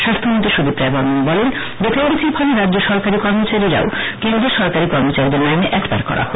স্বাস্হ্যমন্ত্রী সুদীপরায় বর্মণ বলেন বেতন বৃদ্ধির ফলে রাজ্য সরকারী কর্মচারীও কেন্দ্রীয় সরকারী কর্মচারীদের মাইনে এটপার করা হল